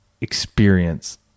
experience